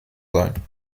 sein